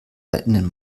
einen